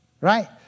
Right